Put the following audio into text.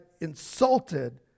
insulted